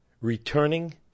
Returning